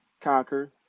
conquer